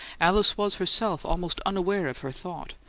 alice was herself almost unaware of her thought,